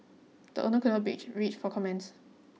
the owners could not be reached for comment